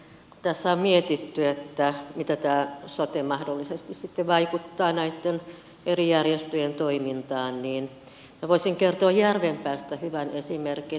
kun tässä on mietitty mitä tämä sote mahdollisesti sitten vaikuttaa näitten eri järjestöjen toimintaan niin minä voisin kertoa järvenpäästä hyvän esimerkin